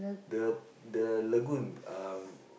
the the lagoon um